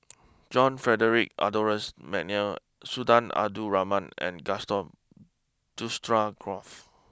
John Frederick Adolphus McNair Sultan Abdul Rahman and Gaston